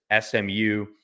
SMU